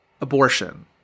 abortion